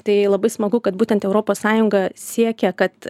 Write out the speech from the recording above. tai labai smagu kad būtent europos sąjunga siekia kad